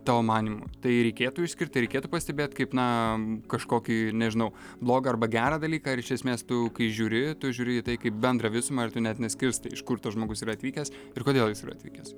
tavo manymu tai reikėtų išskirt tai reikėtų pastebėt kaip na kažkokį nežinau blogą arba gerą dalyką ir iš esmės tu kai žiūri tu žiūri į tai kaip bendrą visumą ir tu net neskirstai iš kur tas žmogus yra atvykęs ir kodėl jis yra atvykęs